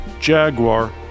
Jaguar